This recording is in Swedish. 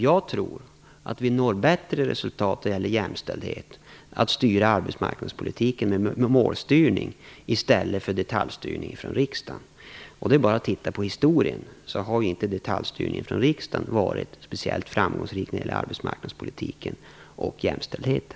Jag tror att vi når bättre resultat när det gäller jämställdhet genom att använda målstyrning i arbetsmarknadspolitiken i stället för detaljstyrning från riksdagen. Ser man till historien visar den att detaljstyrningen från riksdagen inte har varit speciellt framgångsrik när det gäller arbetsmarknadspolitiken och jämställdheten.